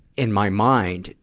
in my mind,